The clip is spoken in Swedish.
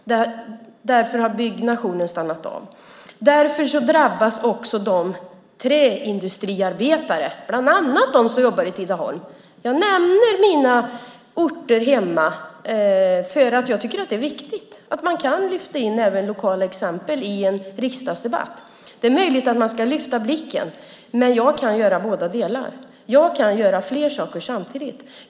Därför har byggnationen stannat av. Därför drabbas också träindustriarbetarna, bland annat de som jobbar i Tidaholm. Jag nämner mina hemorter därför att jag tycker att det är viktigt att kunna lyfta in även lokala exempel i en riksdagsdebatt. Det är möjligt att man ska lyfta blicken, men jag kan göra båda delarna. Jag kan göra flera saker samtidigt.